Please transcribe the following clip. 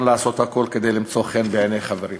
לעשות הכול כדי למצוא חן בעיני חברים.